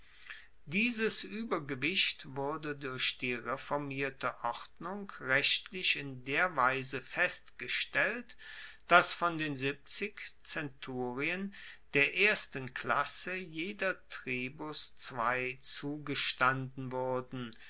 dieses uebergewicht wurde durch die reformierte ordnung rechtlich in der weise festgestellt dass von den zenturien der ersten klasse jeder tribus zwei zugewiesen wurden